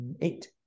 eight